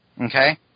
Okay